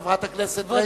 חברת הכנסת רגב,